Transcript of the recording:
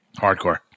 hardcore